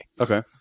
Okay